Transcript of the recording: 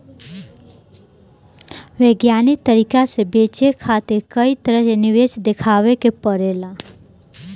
वैज्ञानिक तरीका से बचे खातिर कई तरह के निवेश देखावे के पड़ेला